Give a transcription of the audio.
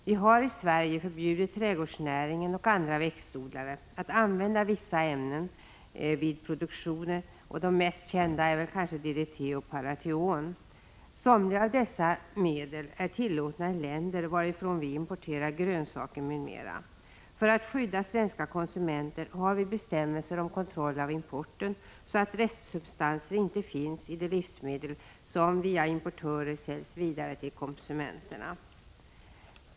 Vi har i Sverige förbjudit trädgårdsnäringen och växtodlare att använda vissa ämnen vid produktionen av livsmedel. De mest kända är DDT och Parathion. Somliga av dessa medel är tillåtna i länder, varifrån vi importerar grönsaker m.m. För att skydda svenska konsumenter har vi bestämmelser om kontroll av importen så att restsubstanser inte finns i de livsmedel som via importörer säljs vidare till konsumenterna.